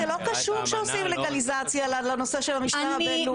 זה לא קשור שעושים לנושא של המשטר הבין-לאומי.